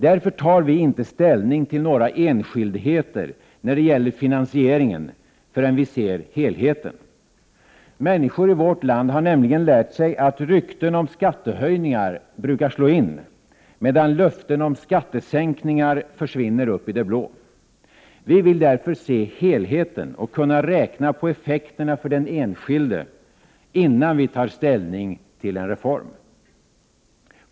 Därför tar vi inte ställning till några enskildheter när det gäller finansieringen förrän vi ser helheten. Människor i vårt land har nämligen lärt sig att rykten om skattehöjningar brukar slå in, medan löften om skattesänkningar försvinner upp i det blå. Vi vill därför se helheten och kunna räkna på effekterna för den enskilde, innan vi tar ställning till en reform.